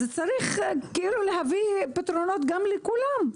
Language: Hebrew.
צריך להביא פתרונות לכולם.